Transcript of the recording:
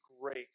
great